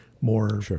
more